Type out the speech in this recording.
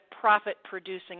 profit-producing